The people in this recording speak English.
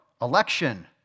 election